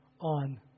on